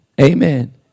Amen